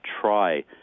try